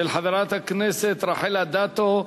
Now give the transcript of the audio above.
של חברת הכנסת רחל אדטו,